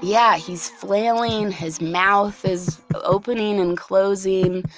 yeah! he's flailing, his mouth is opening and closing,